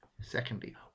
secondly